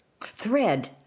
Thread